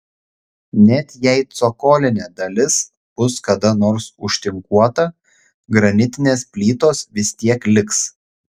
net jei cokolinė dalis bus kada nors užtinkuota granitinės plytos vis tiek liks